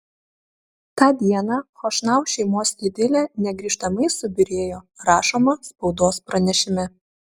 tą dieną chošnau šeimos idilė negrįžtamai subyrėjo rašoma spaudos pranešime